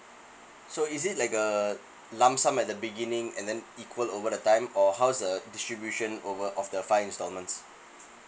so is it like a lump sum at the beginning and then equal over the time or how is the distribution over of the five installments